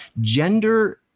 gender